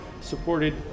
supported